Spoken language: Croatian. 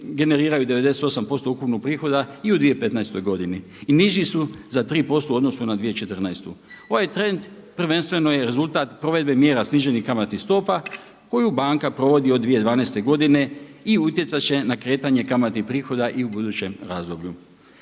generiraju 98% ukupnog prihoda i u 2015. godini i niži su za 3% u odnosu na 2014. Ovaj trend prvenstveno je rezultat provedbe mjera sniženih kamatnih stopa koju banka provodi od 2012. godine i utjecat će na kretanje kamatnih prihoda i u budućem razdoblju.